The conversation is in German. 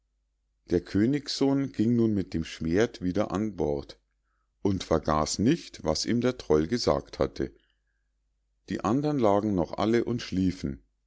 der königssohn ging nun mit dem schwert wieder an bord und vergaß nicht was ihm der troll gesagt hatte die andern lagen noch alle und schliefen